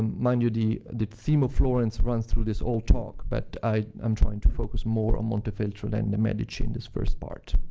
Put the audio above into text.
mind you, the the theme of florence runs through this all talk but i am trying to focus more on montefeltro than the medici in this first part.